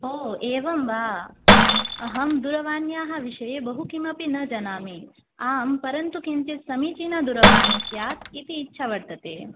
ओ एवं वा अहं दूरवाण्याः विषये बहु किमपि न जानामि आं परन्तु किञ्चित् समीचीनदूरवाणी स्यात् इति इच्छा वर्तते